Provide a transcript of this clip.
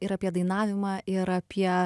ir apie dainavimą ir apie